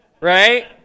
right